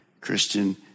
Christian